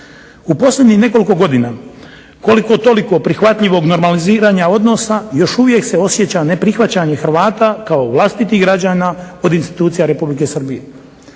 U posljednjih nekoliko godina koliko toliko prihvatljivog normaliziranja odnosa još uvijek se osjeća neprihvaćanje Hrvata kao vlastitih građana od institucija Republike Srbije.